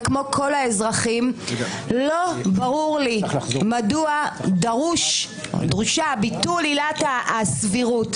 וכמו כל האזרחים לא ברור לי לשם מה דרוש ביטול עילת הסבירות.